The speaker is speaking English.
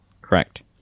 Correct